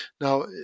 Now